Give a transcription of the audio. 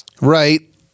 Right